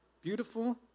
beautiful